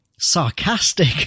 sarcastic